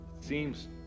seems